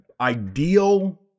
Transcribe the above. ideal